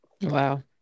Wow